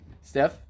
Steph